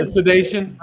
Sedation